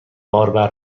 باربر